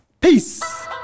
Peace